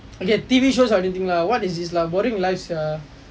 okay T_V shows or anything lah what is this lah boring life sia